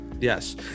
yes